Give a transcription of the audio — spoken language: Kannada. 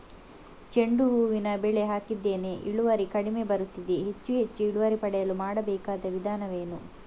ಚೆಂಡು ಹೂವಿನ ಬೆಳೆ ಹಾಕಿದ್ದೇನೆ, ಇಳುವರಿ ಕಡಿಮೆ ಬರುತ್ತಿದೆ, ಹೆಚ್ಚು ಹೆಚ್ಚು ಇಳುವರಿ ಪಡೆಯಲು ಮಾಡಬೇಕಾದ ವಿಧಾನವೇನು?